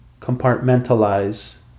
compartmentalize